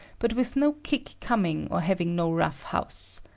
but with no kick coming or having no rough house.